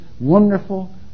wonderful